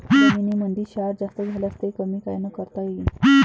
जमीनीमंदी क्षार जास्त झाल्यास ते कमी कायनं करता येईन?